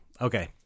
okay